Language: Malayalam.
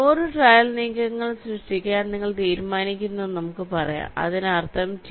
100 ട്രയൽ നീക്കങ്ങൾ സൃഷ്ടിക്കാൻ നിങ്ങൾ തീരുമാനിക്കുന്നുവെന്ന് നമുക്ക് പറയാം അതിനർത്ഥം ടി